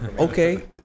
Okay